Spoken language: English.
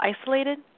isolated